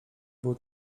był